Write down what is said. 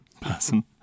person